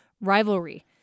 rivalry